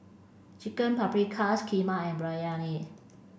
chicken Paprikas Kheema and Biryani